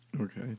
Okay